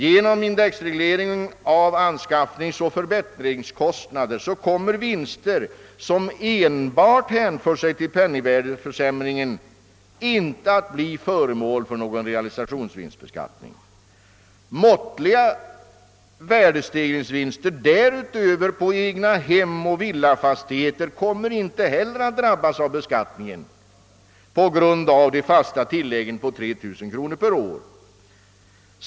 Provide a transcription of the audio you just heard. Genom indexreglering av anskaffningsoch förbättringskostnader kommer vinster som enbart hänför sig till penningvärdeförsämringen inte att bli föremål för någon realisationsvinstbeskattning. Måttliga värdestegringsvinster därutöver på egnahem och villafastigheter kommer inte heller att drabbas av beskattningen på grund av de fasta tilläggen på 3 000 kronor per år.